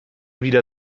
wieder